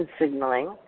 signaling